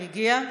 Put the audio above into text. היא הגיעה.